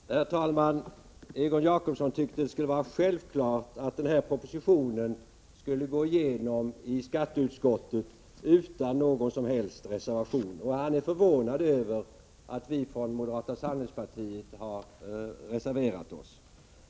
Herr talman! Egon Jacobsson tycker att det borde vara självklart att den här propositionen skulle gå igenom i skatteutskottet utan någon som helst reservation, och han är förvånad över att vi från moderata samlingspartiet har reserverat oss.